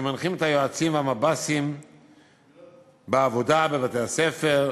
שמנחים את היועצים והמב"סים בעבודה בבתי-הספר.